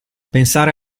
pensare